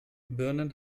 birnen